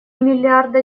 миллиарда